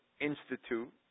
Institute